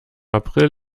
april